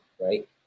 Right